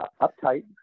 uptight